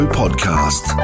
podcast